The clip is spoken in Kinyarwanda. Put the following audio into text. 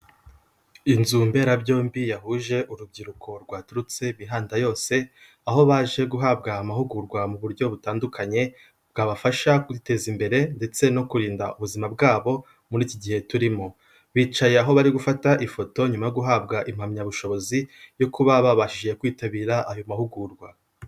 Inzumberabyombi yahuje urubyiruko rwaturutse imihanda yose, aho baje guhabwa amahugurwa mu buryo butandukanye, bwabafasha kwiteza imbere ndetse no kurinda ubuzima bwabo, muri iki gihe turimo. Bicaye aho bari gufata ifoto nyuma yo guhabwa impamyabushobozi yo kuba babashije kwitabira ayo mahugurwa.